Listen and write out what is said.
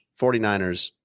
49ers